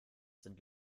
sind